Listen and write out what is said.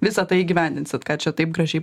visa tai įgyvendinsit ką čia taip gražiai